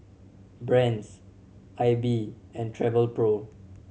Brand's Aibi and Travelpro